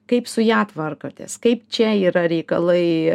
kaip su ja tvarkotės kaip čia yra reikalai